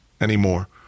anymore